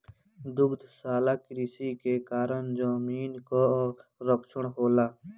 दुग्धशाला कृषि के कारण जमीन कअ क्षरण होला